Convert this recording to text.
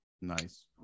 Nice